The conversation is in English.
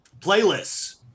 playlists